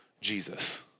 Jesus